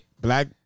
Black